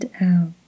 out